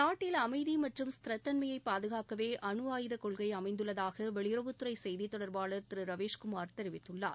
நாட்டில் அமைதி மற்றும் ஸ்த்ர தள்மையை பாதுகாக்கவே அணு ஆயுத கொள்கை அமைந்துள்ளதாக வெளியுறவுத்துறை அமைச்சக செய்தித்தொடர்பாளர் திரு ரவீஸ்குமார் தெரிவித்துள்ளார்